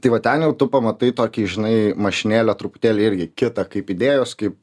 tai va ten jau tu pamatai tokį žinai mašinėlę truputėlį irgi kitą kaip idėjos kaip